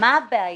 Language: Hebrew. מה הבעיה?